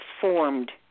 formed